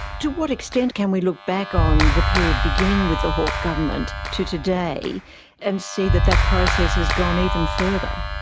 to what extent can we look back on the period beginning with the hawke government to today and see that that process has gone even further?